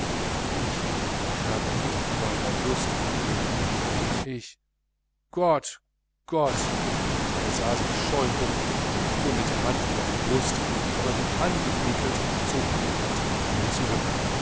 ich ich habe nicht mal mehr lust an dem ich gott gott er sah sich scheu um und fuhr ihr mit der hand über die brust aber wie angeekelt zog er die hand schnell zurück